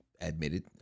admitted